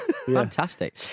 Fantastic